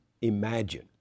imagine